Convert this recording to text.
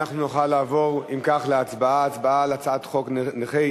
אנחנו נוכל לעבור אם כך להצבעה על הצעת חוק נכי